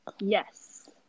Yes